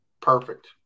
perfect